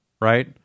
Right